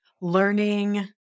learning